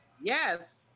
yes